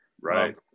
right